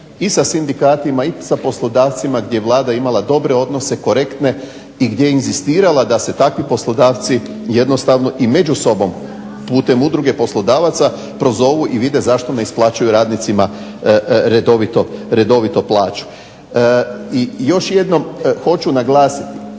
i sa sindikatima i sa poslodavcima gdje je Vlada imala dobre odnose, korektne i gdje je inzistirala da se takvi poslodavci jednostavno i među sobom putem Udruge poslodavaca prozovu i vide zašto ne isplaćuje radnicima redovito plaću. I još jednom hoću naglasiti